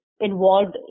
involved